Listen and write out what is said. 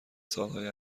سالهای